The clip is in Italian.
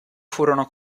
furono